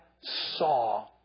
saw